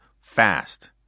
fast